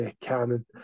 canon